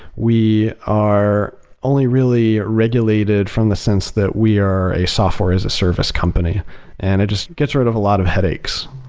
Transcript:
we are only really regulated from the sense that we are a software as a service company and it just gets rid of a lot of headaches.